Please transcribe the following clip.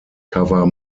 cover